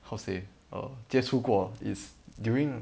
how say err 接触过 is during